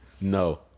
No